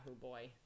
boy